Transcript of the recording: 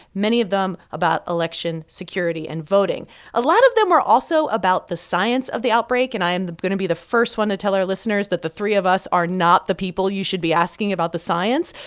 many of them about election security and voting a lot of them were also about the science of the outbreak, and i am going to be the first one to tell our listeners that the three of us are not the people you should be asking about the science.